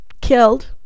killed